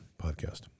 podcast